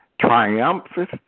triumphant